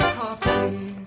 coffee